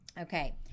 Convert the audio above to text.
Okay